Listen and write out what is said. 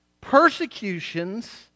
persecutions